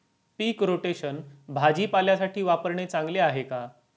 पीक rotation भाजीपाल्यासाठी वापरणे चांगले आहे का?